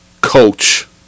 coach